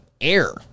air